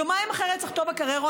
יומיים אחרי רצח טובה קררו,